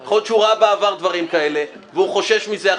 הוא השמיץ.